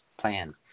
plan